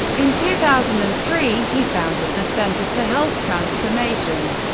in two thousand and three, he founded the center for health transformation.